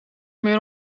meer